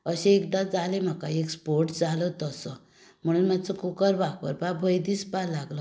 अशें एकदां जालें म्हाका एक स्फोट जालो तसो म्हणून मात्सो कुकर वापरपाक भंय दिसपाक लागलो